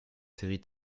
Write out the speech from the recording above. séries